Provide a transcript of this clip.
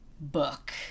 book